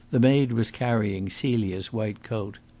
the maid was carrying celia's white coat.